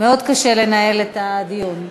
מאוד קשה לנהל את הדיון.